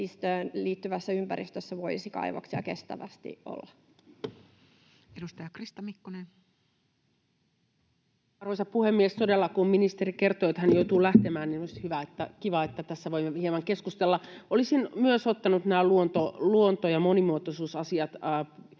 Välikysymys hallituksen luonto- ja ilmastopolitiikasta Time: 19:53 Content: Arvoisa puhemies! Todella, kun ministeri kertoo, että hän joutuu lähtemään, niin on kiva, että tässä voimme hieman keskustella. Olisin myös ottanut nämä luonto- ja monimuotoisuusasiat